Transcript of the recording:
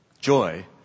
Joy